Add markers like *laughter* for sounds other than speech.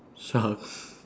shark *noise*